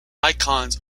icons